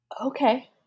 Okay